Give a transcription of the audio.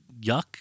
yuck